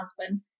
husband